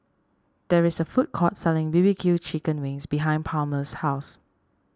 there is a food court selling B B Q Chicken Wings behind Palmer's house